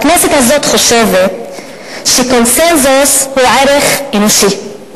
הכנסת הזאת חושבת שקונסנזוס הוא ערך אנושי.